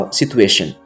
situation